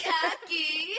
cocky